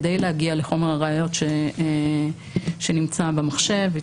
כדי להגיע לחומר הראיות שנמצא במחשב,